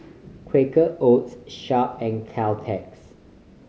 Quaker Oats Sharp and Caltex